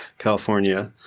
california.